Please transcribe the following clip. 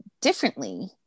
differently